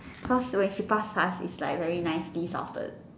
cause when she pass us it's like very nicely sorted